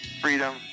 Freedom